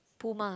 Puma